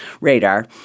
radar